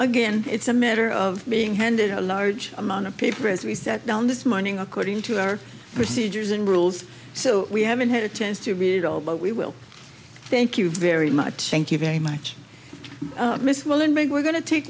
again it's a matter of being handed a large amount of paper as we sat down this morning according to our procedures and rules so we haven't had a chance to read all but we will thank you very much thank you very much miss wallenberg we're going to take